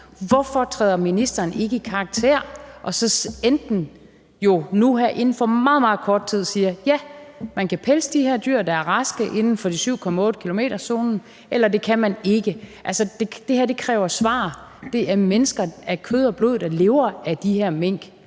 Hvorfor træder ministeren ikke i karakter og så enten nu her inden for meget, meget kort tid siger, at ja, man kan pelse de her dyr, der er raske, inden for 7,8-kilometerszonen, eller at det kan man ikke? Altså, det her kræver et svar. Det er mennesker af kød og blod, der lever af de her mink,